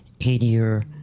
eight-year